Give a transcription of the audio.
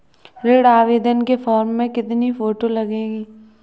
ऋण आवेदन के फॉर्म में कितनी फोटो लगेंगी?